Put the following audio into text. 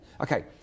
okay